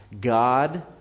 God